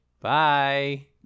bye